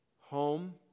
Home